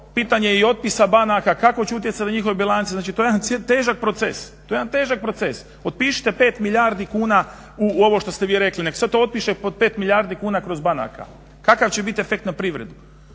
pitanje je i otpisa banaka kako će utjecati na njihove bilance. Znači, to je jedan težak proces. Otpišite 5 milijardi kuna u ovo što ste vi rekli, nek se to otpiše pod 5 milijardi kuna kroz banke. Kakav će biti efekt na privredu?